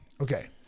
Okay